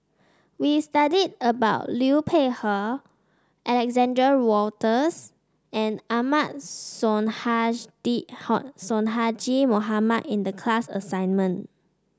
we studied about Liu Peihe Alexander Wolters and Ahmad Sonhadji Mohamad in the class assignment